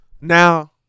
Now